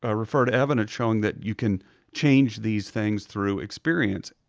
ah refer to evidence showing that you can change these things through experience,